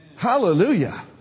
Hallelujah